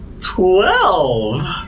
Twelve